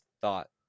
thought